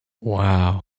Wow